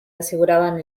aseguran